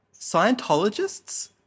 Scientologists